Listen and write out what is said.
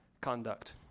conduct